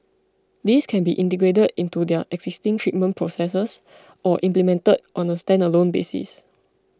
these can be integrated into their existing treatment processes or implemented on a standalone basis